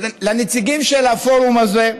לנציגים של הפורום הזה,